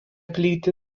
plyti